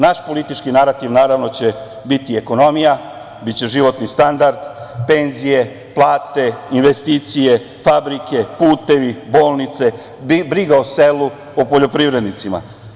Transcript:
Naš politički narativ, naravno, će biti ekonomija, biće životni standard, penzije, plate, investicije, fabrike, putevi, bolnice, briga o selu, o poljoprivrednicima.